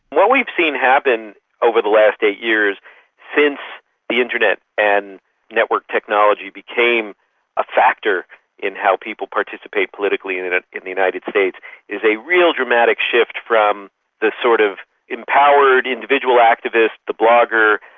what we've seen happen over the last eight years since the internet and network technology became a factor in how people participate politically in in ah the united states is a real dramatic shift from the sort of empowered individual activist, the blogger,